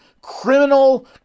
criminal